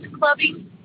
clubbing